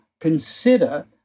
consider